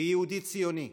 כיהודי ציוני,